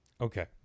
Okay